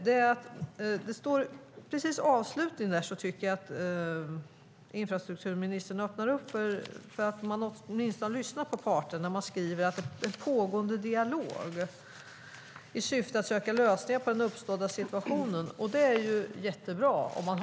Infrastrukturministern öppnade i slutet av sitt svar för att åtminstone lyssna på parterna när hon sade att det är fråga om en pågående dialog i syfte att söka lösningar på den uppkomna situationen. Det är bra med den dialogen.